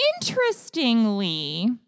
interestingly